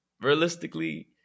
realistically